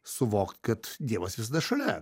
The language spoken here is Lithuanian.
suvokt kad dievas visada šalia